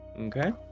Okay